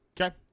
Okay